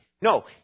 No